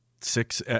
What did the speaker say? six